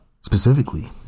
specifically